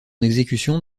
exécution